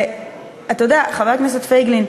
אתה יודע, חבר הכנסת פייגלין,